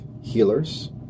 healers